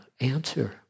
answer